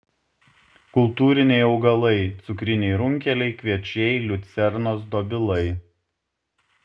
kultūriniai augalai cukriniai runkeliai kviečiai liucernos dobilai